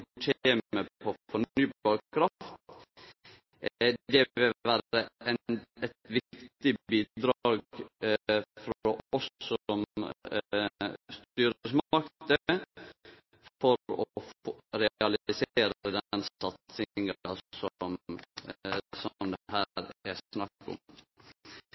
på fornybar kraft. Det vil vere eit viktig bidrag frå oss som styresmakter for å realisere den satsinga som det her er snakk om.